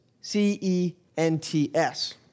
C-E-N-T-S